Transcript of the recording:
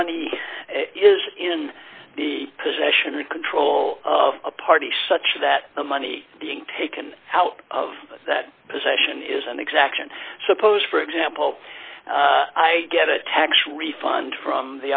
money is in the possession and control of a party such that the money being taken out of that possession isn't exaction suppose for example i get a tax refund from